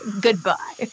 Goodbye